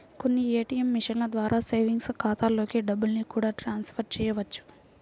కొన్ని ఏ.టీ.యం మిషన్ల ద్వారా సేవింగ్స్ ఖాతాలలోకి డబ్బుల్ని కూడా ట్రాన్స్ ఫర్ చేయవచ్చు